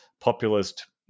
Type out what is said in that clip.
populist